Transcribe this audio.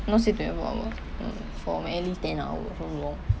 not say twenty four hour mm for mainly ten hour so long